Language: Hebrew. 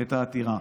את העתירה,